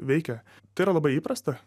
veikia tai yra labai įprasta